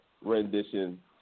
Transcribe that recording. rendition